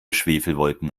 schwefelwolken